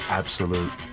absolute